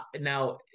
now